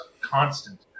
Constant